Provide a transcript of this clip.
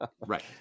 Right